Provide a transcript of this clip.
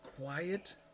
quiet